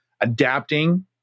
adapting